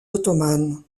ottomanes